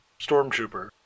stormtrooper